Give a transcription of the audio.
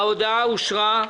ההודעה אושרה.